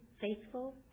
faithful